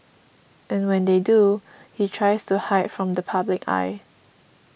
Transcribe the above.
and when they do he tries to hide from the public eye